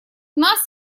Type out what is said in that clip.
нас